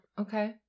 okay